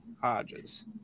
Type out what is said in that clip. Hodges